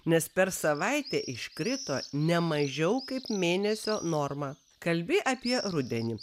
nes per savaitę iškrito nemažiau kaip mėnesio norma kalbi apie rudenį